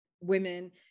women